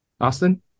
Austin